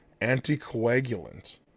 anticoagulant